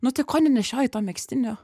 nu tai ko nenešioji to megztinio